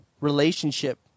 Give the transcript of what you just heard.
relationship